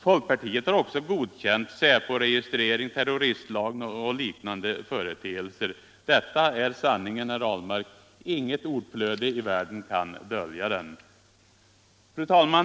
Folkpartiet har också godkänt säporegistreringen, terroristlagen och liknande företeelser. Detta är sanningen, herr Ahlmark. Inget ordflöde i världen kan dölja den. Fru talman!